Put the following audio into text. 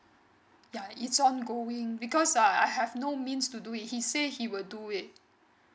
yeah it's ongoing because uh I have no means to do it he say he will do it